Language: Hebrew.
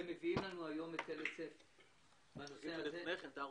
אתם מביאים לנו היום היטל היצף בנושא הזה.